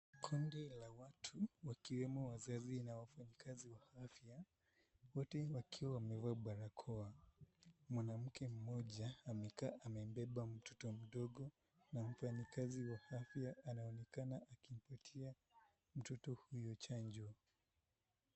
Kundi la watu ikiwemo wazazi na wafanyikazi wa afya, wote wakiwa wamevaa barakoa. Mwanamke mmoja amevaa amembeba mtoto mdogo na mfanyikazi wa afya anaonekana akimpatia mtoto huyo chanjo.